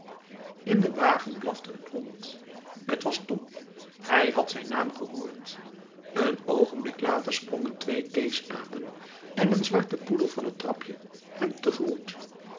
in den wagen blafte een hond t was tom hij had zijn naam gehoord een oogenblik later sprongen twee keesapen en een zwarte poedel van het trapje hem